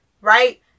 right